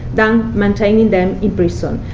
than maintaining them in prison.